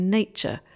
nature